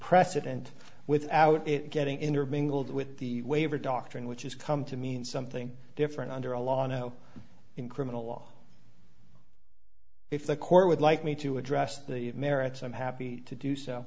precedent without it getting intermingled with the waiver doctrine which is come to mean something different under a law now in criminal law if the court would like me to address the merits i'm happy to do so